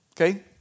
Okay